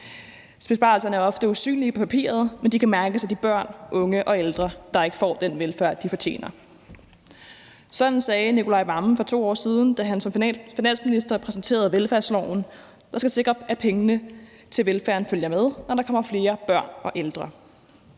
Besparelserne er ofte usynlige på papiret, men de kan mærkes af de børn, unge og ældre, der ikke får den velfærd, de fortjener. Sådan sagde Nicolai Wammen for 2 år siden, da han som finansminister præsenterede velfærdsloven, der skulle sikre, at pengene til velfærden fulgte med, når der kom flere børn og ældre.